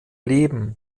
leben